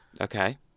Okay